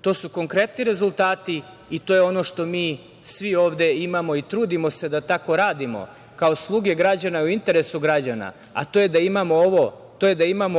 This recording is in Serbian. To su konkretni rezultati i to je ono što mi svi ovde imamo i trudimo se da tako radimo, kao sluge građana i u interesu građana, a to je da imamo